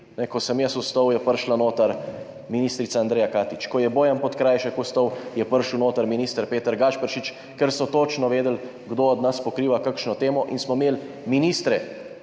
ko sem jaz vstal, je prišla noter ministrica Andreja Katič, ko je Bojan Podkrajšek vstal, je prišel noter minister Peter Gašperšič, ker so točno vedeli, kdo od nas pokriva kakšno temo, in smo imeli ministre